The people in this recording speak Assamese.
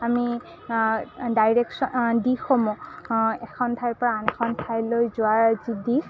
আমি ডাইৰেকশ্যন দিশসমূহ এখন ঠাইৰপৰা আন এখন ঠাইলৈ যোৱাৰ যি দিশ